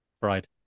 Right